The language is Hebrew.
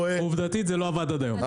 עובדתית זה לא עבד עד היום,